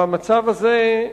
והמצב הזה,